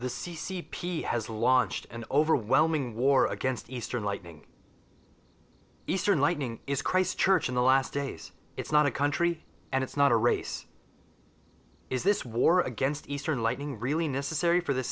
the c c p has launched an overwhelming war against eastern lightning eastern lightning is christ church in the last days it's not a country and it's not a race is this war against eastern lightning really necessary for the